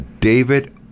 David